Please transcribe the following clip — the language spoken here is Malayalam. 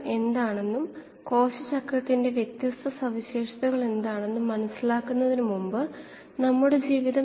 ഈ പ്രഭാഷണത്തിൽ ഓപ്പറേഷൻ മോഡുകൾ വിശകലനം ചെയ്യുന്ന മൊഡ്യൂൾ 3 തുടരാം